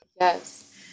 Yes